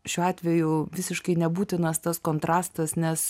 šiuo atveju visiškai nebūtinas tas kontrastas nes